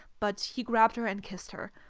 but he grabbed her and kissed her.